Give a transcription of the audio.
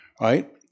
right